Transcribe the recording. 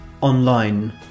online